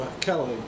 Kelly